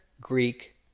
Greek